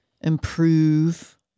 improve